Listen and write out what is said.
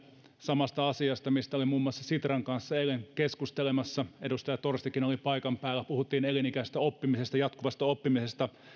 samasta asiasta mistä olin muun muassa sitran kanssa eilen keskustelemassa edustaja torstikin oli paikan päällä puhuttiin elinikäisestä oppimisesta jatkuvasta oppimisesta